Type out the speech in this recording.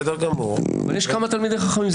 כל מה שאמרתי זה שיש כמה תלמידי חכמים.